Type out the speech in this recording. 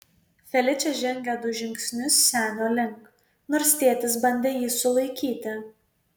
feličė žengė du žingsnius senio link nors tėtis bandė jį sulaikyti